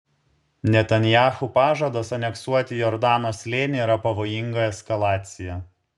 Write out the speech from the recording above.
netanyahu pažadas aneksuoti jordano slėnį yra pavojinga eskalacija